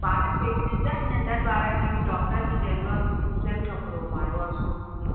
ॿारनि खे बि ॾिसंदा नंढनि ॿारनि खे बि डॉक्टर बि चईंदो आहे कि घिसियल कपिड़ो पायो सूती कपिड़ा